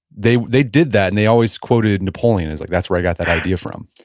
they they did that, and they always quoted napoleon as like, that's where i got that idea from.